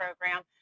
program